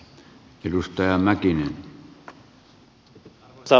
arvoisa puhemies